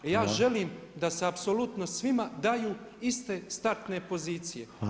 Ja želim da se apsolutno svima daju iste startne pozicije.